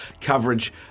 coverage